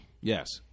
Yes